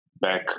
back